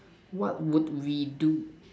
what would we do